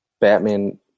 Batman